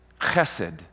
Chesed